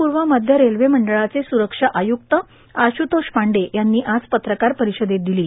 पूर्व मध्य रेल्वे मंडळाचे सुरक्षा आयुक्त आशुतोष पांडे यांनी आज पत्रकार परिषदेत दिली